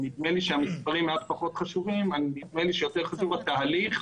שהמספרים פחות חשובים וחשוב יותר התהליך.